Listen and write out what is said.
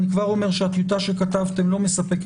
אני כבר אומר שהטיוטה שכתבתם לא מספקת